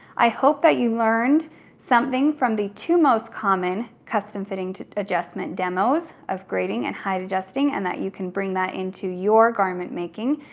i hope that you learned something from the two most common custom fitting to adjustment demos of grading and height adjusting, and that you can bring that into your garment making.